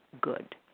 good